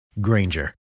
Granger